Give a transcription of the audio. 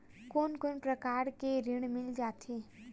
कोन कोन प्रकार के ऋण मिल जाथे?